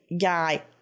guy